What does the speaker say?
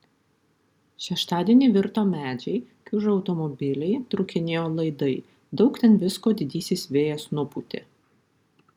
šeštadienį virto medžiai kiužo automobiliai trūkinėjo laidai daug ten visko didysis vėjas nupūtė